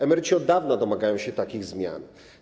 Emeryci od dawna domagają się takich zmian.